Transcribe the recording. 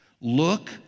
look